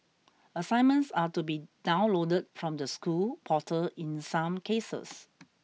assignments are to be downloaded from the school portal in some cases